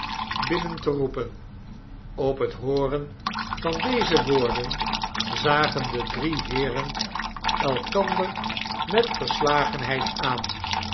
binnen te roepen op het hooren van deze woorden zagen de drie heeren elkander met verslagenheid aan